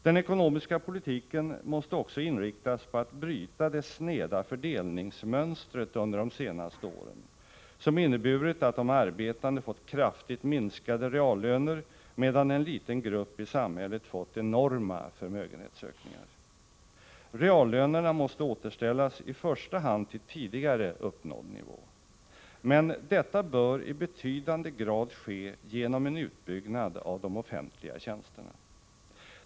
Den ekonomiska politiken måste också inriktas på att bryta det sneda fördelningsmönstret under de senaste åren, som inneburit att de arbetande fått kraftigt minskade reallöner, medan en liten grupp i samhället fått enorma förmögenhetsökningar. Reallönerna måste återställas till i första hand tidigare uppnådd nivå. Men detta bör i betydande grad ske genom en utbyggnad av de offentliga tjänsterna.